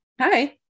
Hi